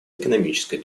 экономической